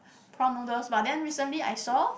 prawn noodles but then recently I saw